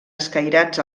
escairats